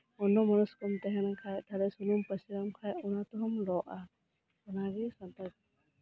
ᱚᱱᱱᱱᱚ ᱢᱚᱱᱚᱥᱠᱚᱢ ᱛᱟᱦᱮᱸᱱ ᱠᱷᱟᱱ ᱥᱩᱱᱩᱢ ᱯᱟᱹᱥᱤᱨ ᱟᱢ ᱠᱷᱟᱱ ᱚᱱᱟ ᱛᱮᱦᱚᱢ ᱞᱚᱜᱼᱟ ᱚᱱᱟᱜᱮ ᱠᱟᱛᱷᱟ ᱫᱚ